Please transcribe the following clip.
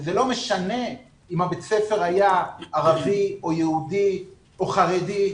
וזה לא משנה אם בית הספר היה ערבי או יהודי או חרדי.